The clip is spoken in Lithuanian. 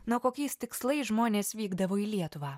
na o kokiais tikslais žmonės vykdavo į lietuvą